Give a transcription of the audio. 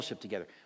together